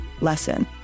lesson